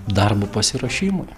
darbo pasiruošimui